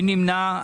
מי נמנע?